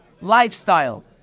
lifestyle